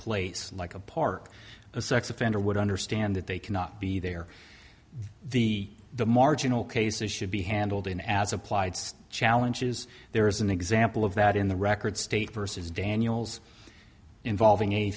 place like a park a sex offender would understand that they cannot be there the the marginal cases should be handled in as applied challenges there is an example of that in the record state versus daniels involving